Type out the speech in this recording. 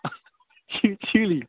चि चिली